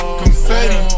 confetti